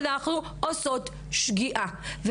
אנחנו עושות שגיאה.